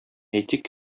әйтик